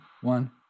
one